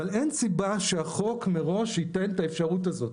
אבל אין סיבה שהחוק מראש ייתן את האפשרות הזאת.